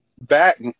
back